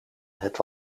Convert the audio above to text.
het